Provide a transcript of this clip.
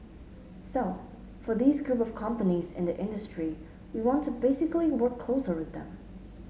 so for these group of companies in the industry we want to basically work closer with them